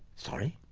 sorry?